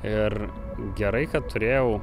ir gerai kad turėjau